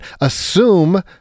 assume